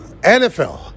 nfl